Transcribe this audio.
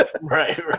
right